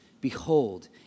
Behold